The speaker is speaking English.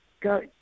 Go